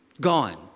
Gone